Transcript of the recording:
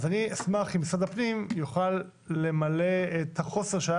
אני אשמח אם משרד הפנים יוכל למלא את החוסר שהיה